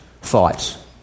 thoughts